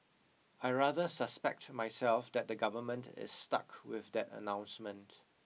I rather suspect to myself that the government is stuck with that announcement